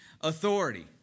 authority